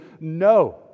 no